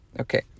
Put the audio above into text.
Okay